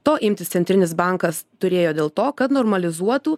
to imtis centrinis bankas turėjo dėl to kad normalizuotų